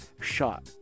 shot